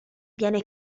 viene